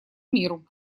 миру